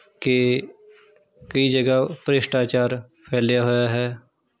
ਕਿ ਕਈ ਜਗ੍ਹਾ ਭ੍ਰਿਸ਼ਟਾਚਾਰ ਫੈਲਿਆ ਹੋਇਆ ਹੈ